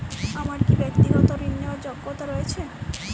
আমার কী ব্যাক্তিগত ঋণ নেওয়ার যোগ্যতা রয়েছে?